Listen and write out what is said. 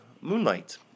Moonlight